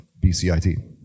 bcit